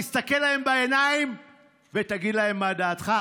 תסתכל להם בעיניים ותגיד להם מה דעתך,